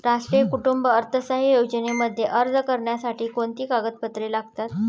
राष्ट्रीय कुटुंब अर्थसहाय्य योजनेमध्ये अर्ज करण्यासाठी कोणती कागदपत्रे लागतात?